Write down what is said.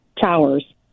towers